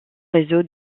réseau